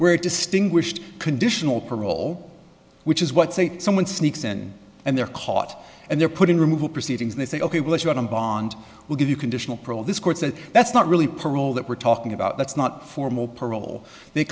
where distinguished conditional parole which is what someone sneaks in and they're caught and they're put in removal proceedings they say ok we'll let you out on bond we'll give you conditional prole this court said that's not really parole that we're talking about that's not formal parole they